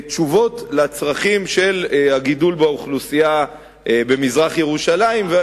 יש מענה לצרכים של הגידול באוכלוסייה במזרח-ירושלים.